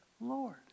Lord